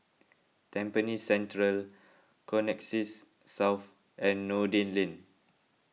Tampines Central Connexis South and Noordin Lane